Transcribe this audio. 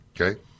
okay